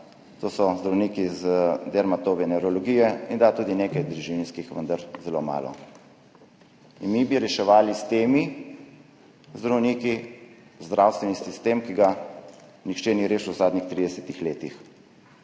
to so zdravniki iz dermatovenerologije in da, tudi nekaj družinskih, vendar zelo malo. In mi bi reševali s temi zdravniki zdravstveni sistem, ki ga nihče ni rešil v zadnjih 30 letih.